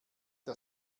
der